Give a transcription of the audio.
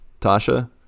Tasha